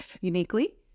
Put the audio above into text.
uniquely